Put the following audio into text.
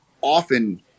often